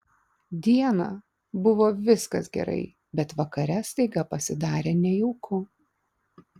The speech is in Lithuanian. dieną buvo viskas gerai bet vakare staiga pasidarė nejauku